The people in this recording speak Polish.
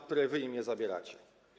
które wy im zabieracie.